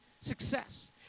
success